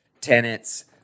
tenants